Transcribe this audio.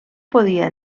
podia